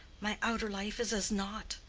my outer life is as nought.